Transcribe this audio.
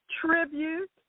Tribute